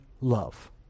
love